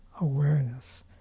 awareness